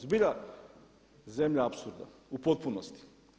Zbilja zemlja apsurda u potpunosti.